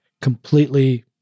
completely